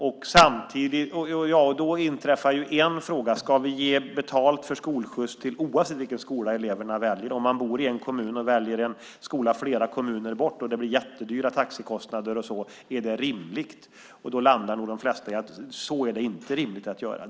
Då inträffar en fråga: Ska vi ge betalt för skolskjuts oavsett vilken skola eleverna väljer? Om man bor i en kommun och väljer en skola flera kommuner bort och det blir jättehöga taxikostnader, är det rimligt? Då landar nog de flesta i att det inte är rimligt.